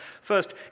First